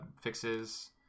fixes